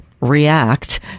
react